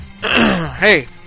Hey